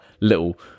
little